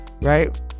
Right